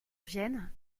vienne